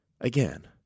again